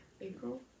April